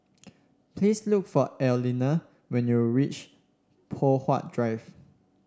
please look for Arlena when you reach Poh Huat Drive